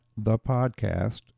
thepodcast